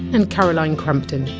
and caroline crampton.